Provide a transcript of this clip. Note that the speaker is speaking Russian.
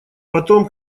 потом